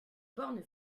bornes